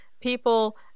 people